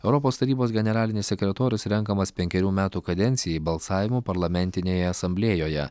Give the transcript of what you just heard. europos tarybos generalinis sekretorius renkamas penkerių metų kadencijai balsavimu parlamentinėje asamblėjoje